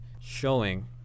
showing